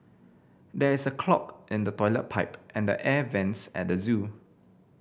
there is a clog in the toilet pipe and the air vents at the zoo